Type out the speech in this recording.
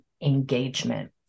engagement